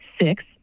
Six